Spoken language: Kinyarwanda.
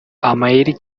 amayeri